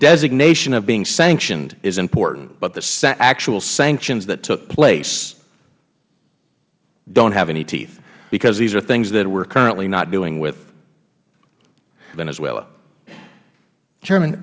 designation of being sanctioned is important but the actual sanctions that took place don't have any teeth because these are things that we are currently not doing with venezuela